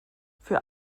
für